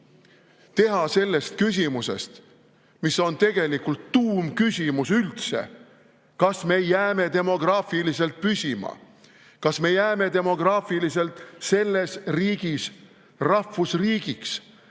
Teha sellest küsimusest, mis on tegelikult tuumküsimus üldse – kas me jääme demograafiliselt püsima. Kas me jääme demograafiliselt selles riigis rahvusriigiks?